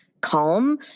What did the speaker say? calm